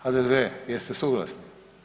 HDZ, jeste suglasni?